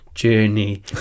journey